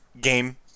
game